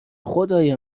خدای